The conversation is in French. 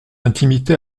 intimité